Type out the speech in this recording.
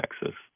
Texas